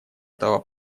этого